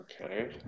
Okay